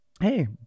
hey